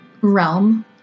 realm